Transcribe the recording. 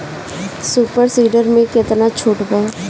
Super seeder मै कितना छुट बा?